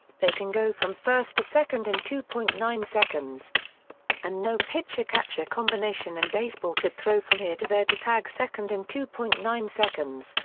they can go from first to second in two point nine seconds and no pitcher catcher combination in baseball could throw from here to there to tag second in two point nine seconds,